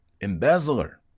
embezzler